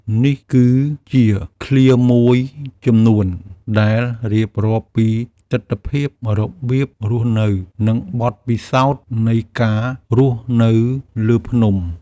នេះគឺជាឃ្លាមួយចំនួន ដែលរៀបរាប់ពីទិដ្ឋភាព របៀបរស់នៅ និងបទពិសោធន៍នៃការរស់នៅលើភ្នំ